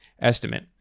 estimate